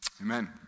Amen